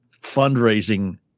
fundraising